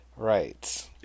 Right